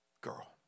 girl